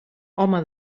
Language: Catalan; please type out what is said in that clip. home